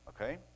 okay